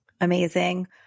Amazing